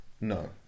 No